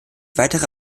weitere